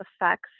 effects